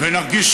ונרגיש